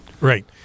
right